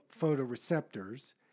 photoreceptors